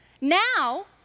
Now